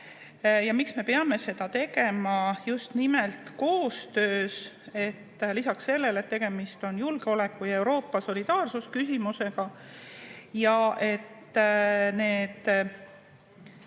Ja miks me peame seda tegema just nimelt koostöös, lisaks sellele, et tegemist on julgeoleku- ja Euroopa solidaarsusküsimusega ja et need